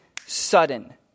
sudden